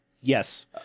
Yes